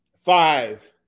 Five